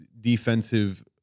defensive